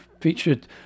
featured